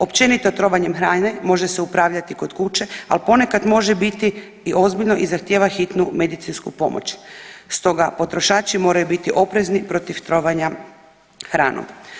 Općenito, trovanjem hrane može se upravljati kod kuće, ali ponekad može biti i ozbiljno i zahtjeva hitnu medicinsku pomoć stoga potrošači moraju biti oprezni protiv trovanja hranom.